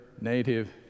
native